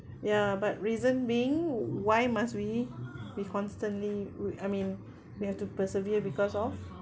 ya but reason being why must we be constantly I mean we have to persevere because of